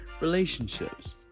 relationships